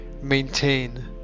Maintain